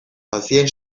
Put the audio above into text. hazien